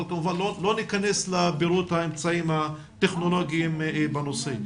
אבל כמובן לא ניכנס לפירוט האמצעים הטכנולוגיים בנושא.